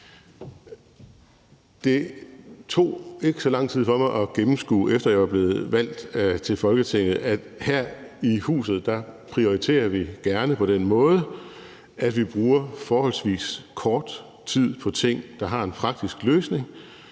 Det tog ikke så lang tid for mig at gennemskue, efter at jeg var blevet valgt til Folketinget, at vi her i huset gerne prioriterer på den måde, at vi bruger forholdsvis kort tid på ting, der har en praktisk løsning,